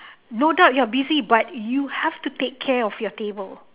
no doubt you are busy but you have to take care of your table